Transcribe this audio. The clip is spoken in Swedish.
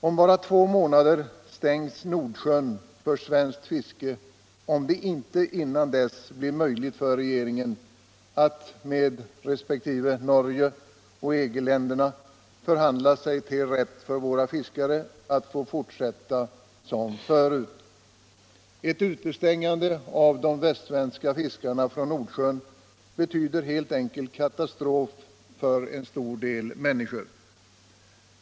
Om bara två månader stängs Nordsjön för svenskt yrkesfiske om det inte innan dess blir möjligt för regeringen att med Norge resp. EG-länderna förhandla sig till rätt för våra fiskare att få fortsätta som förut. Ett utestängande av de västsvenska fiskarna från Nordsjön betyder helt enkelt katastrof för en stor del människor.